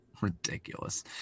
ridiculous